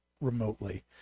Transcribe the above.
remotely